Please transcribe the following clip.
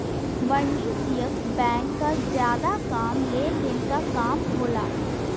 वाणिज्यिक बैंक क जादा काम लेन देन क काम होला